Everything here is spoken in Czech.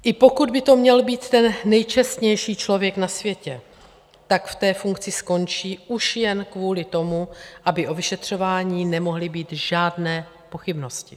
I pokud by to měl být ten nejčestnější člověk na světě, tak v té funkci skončí už jen kvůli tomu, aby o vyšetřování nemohly být žádné pochybnosti.